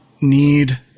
need